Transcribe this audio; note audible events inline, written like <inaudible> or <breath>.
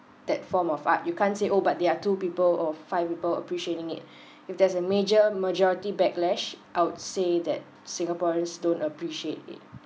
that form of art you can't say oh but they are two people or five people appreciating it <breath> if there's a major majority backlash out say that singaporeans don't appreciate it